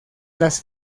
las